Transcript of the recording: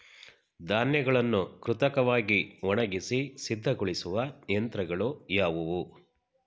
ಧಾನ್ಯಗಳನ್ನು ಕೃತಕವಾಗಿ ಒಣಗಿಸಿ ಸಿದ್ದಗೊಳಿಸುವ ಯಂತ್ರಗಳು ಯಾವುವು?